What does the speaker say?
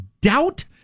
doubt